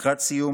לקראת סיום